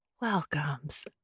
welcomes